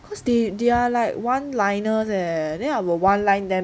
cause they they are like one liners eh then I will one line